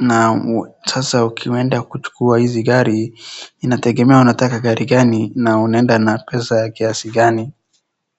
Na sasa ukienda kuchukua hizi gari inategema unataka gari gani na unaenda na pesa ya kiasi gani.